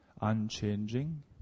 unchanging